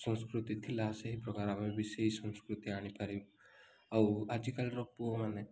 ସଂସ୍କୃତି ଥିଲା ସେହି ପ୍ରକାର ଆମେ ବି ସେଇ ସଂସ୍କୃତି ଆଣିପାରିବୁ ଆଉ ଆଜିକାଲିର ପୁଅମାନେ